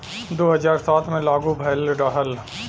दू हज़ार सात मे लागू भएल रहल